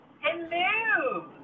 Hello